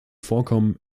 vorkommen